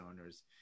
owners